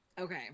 Okay